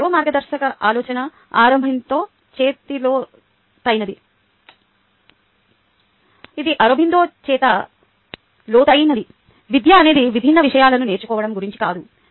ఇప్పుడు మరో మార్గదర్శక ఆలోచన అరబిందో చేత లోతైనది విద్య అనేది విభిన్న విషయాలను నేర్చుకోవడం గురించి కాదు